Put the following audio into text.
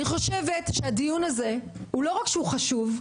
אני חושבת שהדיון הזה לא רק שהוא חשוב,